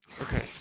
Okay